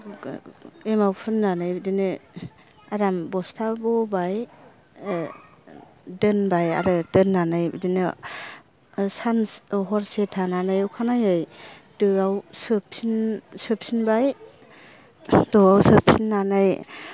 एमाव फुननानै बिदिनो आराम बस्ता बबाय दोनबाय आरो दोननानै बिदिनो सानसे औ हरसे थानानै अखानायै दोआव सोफिन सोफिनबाय दोआव सोफिननानै